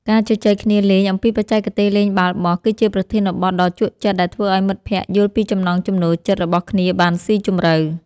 ការជជែកគ្នាលេងអំពីបច្ចេកទេសលេងបាល់បោះ គឺជាប្រធានបទដ៏ជក់ចិត្តដែលធ្វើឱ្យមិត្តភក្តិយល់ពីចំណង់ចំណូលចិត្តរបស់គ្នាបានស៊ីជម្រៅ។